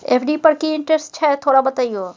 FD पर की interest छय थोरा बतईयो?